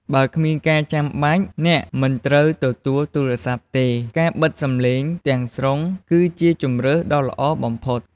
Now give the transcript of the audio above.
បើគ្មានការចាំបាច់ អ្នកមិនត្រូវទទួលទូរស័ព្ទទេ ការបិទសំឡេងទាំងស្រុងគឺជាជម្រើសដ៏ល្អបំផុត។